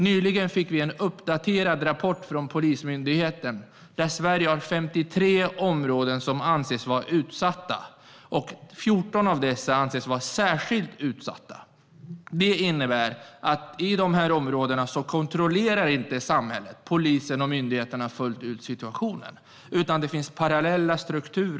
Nyligen fick vi i en uppdaterad rapport från Polismyndigheten veta att Sverige har 53 områden som anses vara utsatta. 14 av dessa anses vara särskilt utsatta. Det innebär att polisen och myndigheterna inte har full kontroll över situationen och att det finns parallella strukturer.